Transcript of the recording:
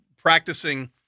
Practicing